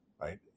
right